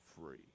free